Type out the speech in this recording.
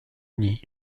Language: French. uni